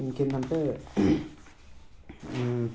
so ఇంకేందంటే